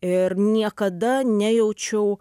ir niekada nejaučiau